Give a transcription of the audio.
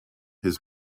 his